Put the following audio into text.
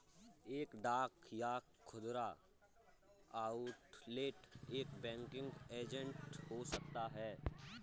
एक डाक या खुदरा आउटलेट एक बैंकिंग एजेंट हो सकता है